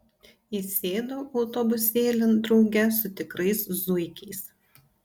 įsėdau autobusėlin drauge su tikrais zuikiais